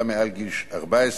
גם מעל גיל 14,